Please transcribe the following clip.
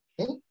Okay